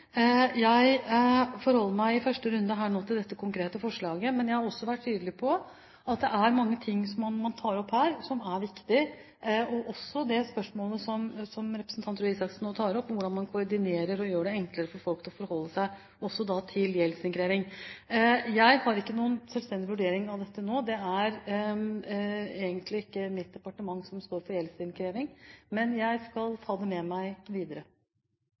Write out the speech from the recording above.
Jeg forholder meg nå i første runde til dette konkrete forslaget, men jeg har også vært tydelig på at det er mange ting man tar opp her, som er viktige – også det spørsmålet som Røe Isaksen nå tar opp, om hvordan man koordinerer og gjør det enklere for folk å forholde seg til gjeldsinnkreving. Jeg har ikke noen selvstendig vurdering av dette nå. Det er egentlig ikke mitt departement som står for gjeldsinnkreving, men jeg skal ta dette med meg videre.